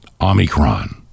Omicron